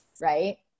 Right